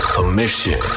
Commission